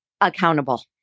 accountable